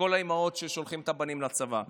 לכל האימהות ששולחות את הבנים לצבא.